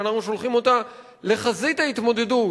שאנחנו שולחים אותה לחזית ההתמודדות,